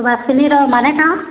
Basuli Rao